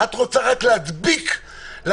את רוצה רק להדביק למנהל,